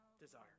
desire